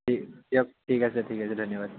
ঠিক দিয়ক ঠিক আছে ঠিক আছে ধন্যবাদ